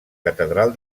catedral